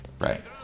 right